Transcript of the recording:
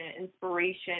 inspiration